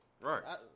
Right